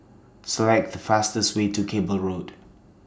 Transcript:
Select The fastest Way to Cable Road